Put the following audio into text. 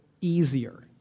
easier